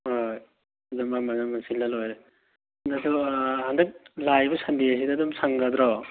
ꯍꯣꯏ ꯑꯗꯨꯃꯥꯏꯅ ꯑꯃ ꯁꯤꯟꯂ ꯂꯣꯏꯔꯦ ꯍꯟꯗꯛ ꯂꯥꯛꯂꯤꯕ ꯁꯟꯗꯦꯁꯤꯗ ꯑꯗꯨꯝ ꯁꯪꯒꯗ꯭ꯔꯣ